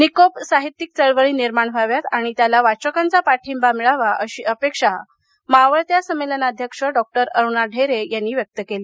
निकोप साहित्यिक चळवळी निर्माण व्हाव्यात आणि त्याला वाचकांचा पाठिंबा मिळावा अशी अपेक्षा मावळत्या संमेलनाध्यक्ष डॉ अरुणा ढेरे यांनी व्यक्त केली